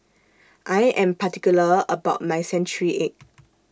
I Am particular about My Century Egg